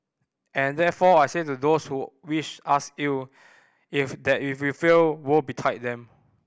and therefore I say to those who wish us ill if that if we fail woe betide them